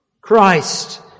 Christ